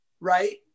right